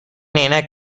عینک